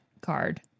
card